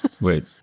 Wait